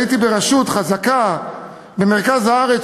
הייתי ברשות חזקה במרכז הארץ,